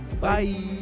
Bye